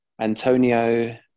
Antonio